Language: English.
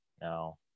no